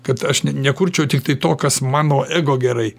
kad aš nekurčiau tiktai to kas mano ego gerai